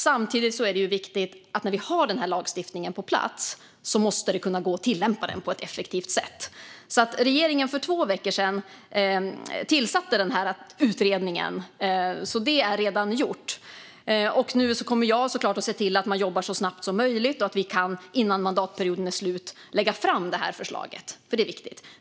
Samtidigt är det viktigt när vi har lagstiftningen på plats att det går att tillämpa den på ett effektivt sätt. Regeringen tillsatte denna utredning för två veckor sedan, så det är redan gjort. Nu kommer jag att se till att man jobbar så snabbt som möjligt så att vi kan lägga fram förslaget innan mandatperioden är slut, för det är viktigt.